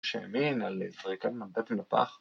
שהאמין על זריקת מנדטים לפח